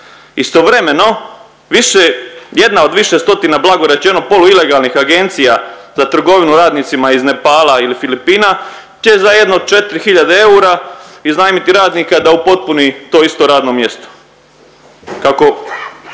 Istovremeno više, jedna od više stotina blago rečeno poluilegalnih agencija za trgovinu radnicima iz Nepala ili Filipina će za jedno 4 hiljade eura iznajmiti radnika da upotpuni to isto radno mjesto. Kako